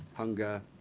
hunger,